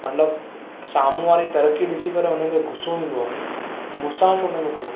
मतिलब साम्हूं वारे जी तरक़ी ॾिसी करे उन्हनि खे ग़ुसो ईंदो आहे मूसां छो नथो थिए